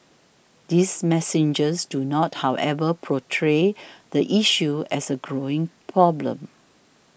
these messages do not however portray the issue as a growing problem